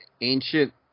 ancient